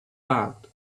loud